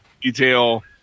detail